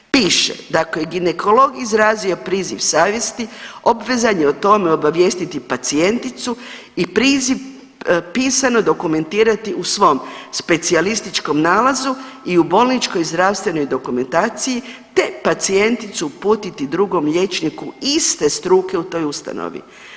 Piše, da bi ginekolog izrazio priziv savjesti obvezan je o tome obavijestiti pacijenticu i pisano dokumentirati u svom specijalističkom nalazu i u bolničkoj zdravstvenoj dokumentaciji te pacijenticu uputiti drugom liječniku iste struke u toj ustanovi.